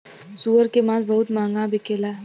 सूअर के मांस बहुत महंगा बिकेला